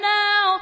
now